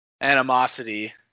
animosity